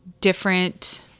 different